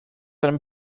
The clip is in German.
einem